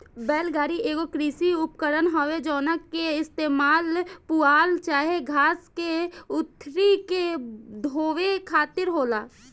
बैल गाड़ी एगो कृषि उपकरण हवे जवना के इस्तेमाल पुआल चाहे घास के गठरी के ढोवे खातिर होला